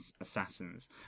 assassins